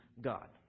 God